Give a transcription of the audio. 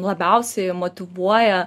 labiausiai motyvuoja